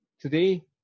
today